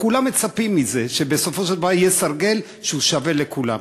כולם מצפים לזה שבסופו של דבר יהיה סרגל שהוא שווה לכולם.